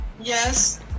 Yes